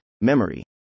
memory